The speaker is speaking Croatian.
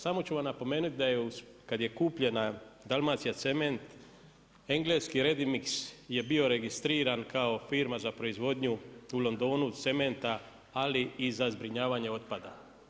Samo ću vam napomenuti da je kad je kupljena Dalmacija cement, engleski Redi-Mix je bio registriran kao firma za proizvodnju u Londonu cementa ali i za zbrinjavanje otpada.